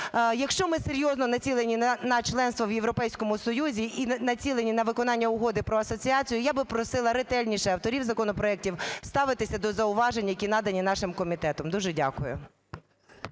Якщо ми серйозно націлені на членство в Європейському Союзі і націлені на виконання Угоди про асоціацію, я би просила ретельніше авторів законопроектів ставитися до зауважень, які надані нашим комітетом. Дуже дякую.